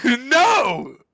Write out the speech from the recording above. No